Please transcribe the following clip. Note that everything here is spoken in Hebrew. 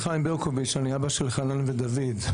אני אבא של חנן ודוד.